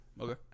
Okay